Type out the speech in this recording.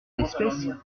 l’espèce